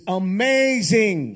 amazing